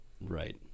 Right